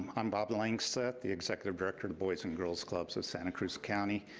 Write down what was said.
i'm bob langseth, the executive director in boys and girls clubs of santa cruz county,